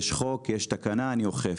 יש חוק, יש תקנה - אני אוכף.